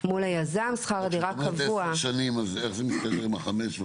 בתוך הפרויקט נוצרת איכות חיים מאוד מאוד גבוהה,